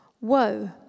Woe